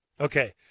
Okay